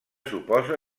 suposa